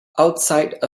outside